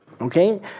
Okay